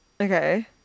Okay